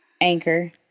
Anchor